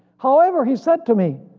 however he said to me,